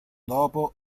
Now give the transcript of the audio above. dopo